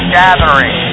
gathering